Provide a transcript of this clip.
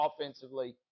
offensively